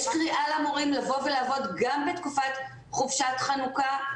יש קריאה למורים לבוא ולעבוד גם בתקופת חופשת חנוכה.